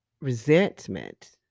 resentment